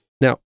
Now